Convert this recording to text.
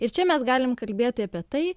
ir čia mes galim kalbėti apie tai